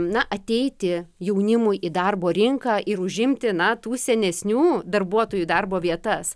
na ateiti jaunimui į darbo rinką ir užimti na tų senesnių darbuotojų darbo vietas